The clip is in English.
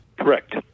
Correct